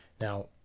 now